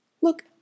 Look